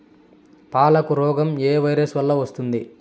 పాలకు రోగం ఏ వైరస్ వల్ల వస్తుంది?